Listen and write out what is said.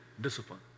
discipline